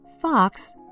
Fox